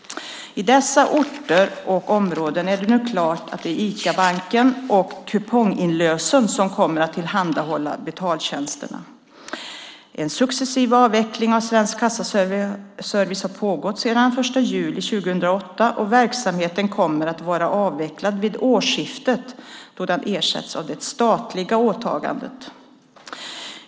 I dessa orter och områden är det nu klart att det är Icabanken och Kuponginlösen som kommer att tillhandahålla betaltjänsterna. En successiv avveckling av Svensk Kassaservice har pågått sedan den 1 juli 2008, och verksamheten kommer att vara avvecklad vid årsskiftet då den ersätts av det statliga åtagandet.